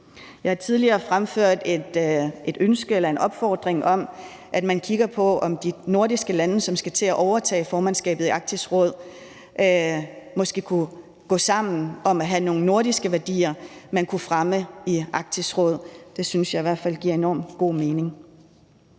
Jeg har tidligere fremført et ønske om eller en opfordring til, at man kigger på, om de nordiske lande, som skal til at overtage formandskabet i Arktisk Råd, måske kunne gå sammen om at have nogle nordiske værdier, man kunne fremme i Arktisk Råd; det synes jeg i hvert fald giver enormt god mening.